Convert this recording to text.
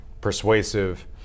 persuasive